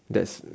that's